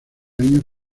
años